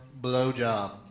Blowjob